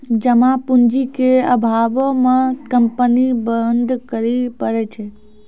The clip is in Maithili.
जमा पूंजी के अभावो मे कंपनी बंद करै पड़ै छै